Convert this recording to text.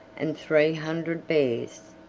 and three hundred bears.